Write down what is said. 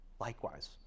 likewise